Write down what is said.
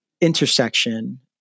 intersection